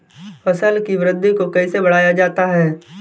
फसल की वृद्धि को कैसे बढ़ाया जाता हैं?